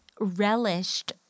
relished